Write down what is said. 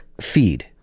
feed